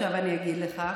עכשיו אני אגיד לך.